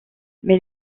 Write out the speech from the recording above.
mais